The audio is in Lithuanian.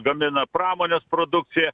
gamina pramonės produkciją